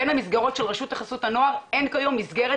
"...בין המסגרות של רשות חסות הנוער אין כיום מסגרת